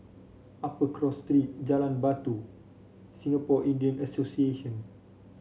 Upper Cross Street Jalan Batu Singapore Indian Association